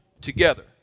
together